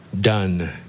done